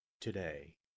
today